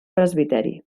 presbiteri